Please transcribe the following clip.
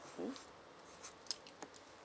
mm